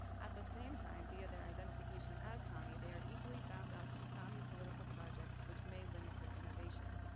at the same time, via their identification as sami, they are equally bound up to sami political projects, which may limit their innovation.